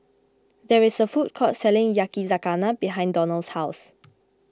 there is a food court selling Yakizakana behind Donnell's house